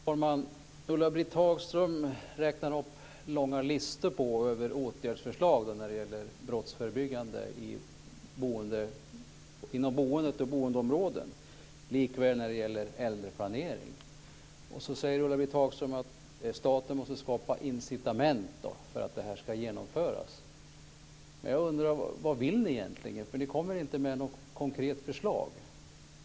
Fru talman! Ulla-Britt Hagström räknar upp långa listor över åtgärdsförslag när det gäller brottsförebyggande inom boendet och i bostadsområden, liksom när det gäller äldreplanering. Så säger Ulla-Britt Hagström att staten måste skapa incitament för att detta ska genomföras. Men vad vill ni egentligen? Ni kommer inte med något konkret förslag.